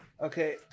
Okay